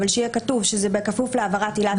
אבל שיהיה כתוב שזה בכפוף להעברת עילת הנזק.